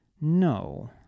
No